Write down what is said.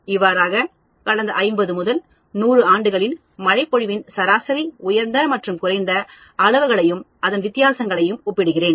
இவ்வாறாக கடந்த 50 முதல் 100 ஆண்டுகளின் மழைப் பொழிவின் சராசரி உயர்ந்த மற்றும் குறைந்த அளவுகளையும் அதன் வித்தியாசங்களையும் ஒப்பிடுகிறேன்